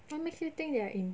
what makes you think they are in